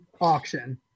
auction